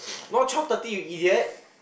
not twelve thirty you idiot